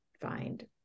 find